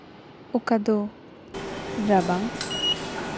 ᱚᱠᱟᱫᱚ ᱨᱟᱵᱟᱝ